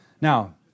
Now